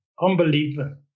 Unbelievable